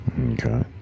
Okay